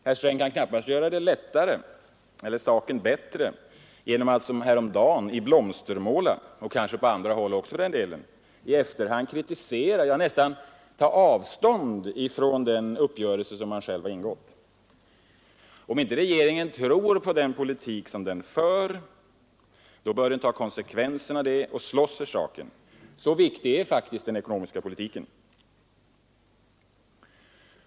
Herr Sträng kan knappast göra saken bättre genom att som häromdagen i Blomstermåla — och kanske på andra håll också, för den delen — i efterhand kritisera, ja, nästan ta avstånd från den uppgörelse som han själv har ingått. Om inte regeringen tror på den politik som den för, bör den ta konsekvenserna av det och slåss för saken. Så viktig är faktiskt den ekonomiska politiken.